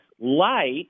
Light